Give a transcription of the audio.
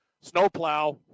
Snowplow